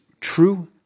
true